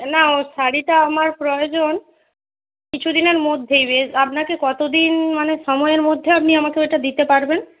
না ও শাড়িটা আমার প্রয়োজন কিছুদিনের মধ্যেই আপনাকে কতদিন মানে সময়ের মধ্যে আপনি আমাকে ওইটা দিতে পারবেন